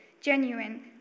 genuine